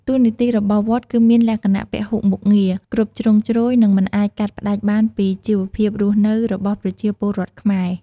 តួនាទីរបស់វត្តគឺមានលក្ខណៈពហុមុខងារ គ្រប់ជ្រុងជ្រោយ និងមិនអាចកាត់ផ្ដាច់បានពីជីវភាពរស់នៅរបស់ប្រជាពលរដ្ឋខ្មែរ។